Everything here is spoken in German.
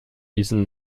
diesen